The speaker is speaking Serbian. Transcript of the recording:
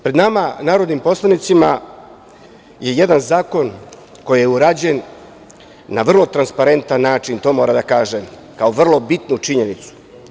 Pred nama, narodnim poslanicima je jedan zakon koji je urađen na vrlo transparentan način, to moram da kažem kao vrlo bitnu činjenicu.